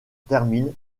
termine